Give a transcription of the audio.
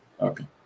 Okay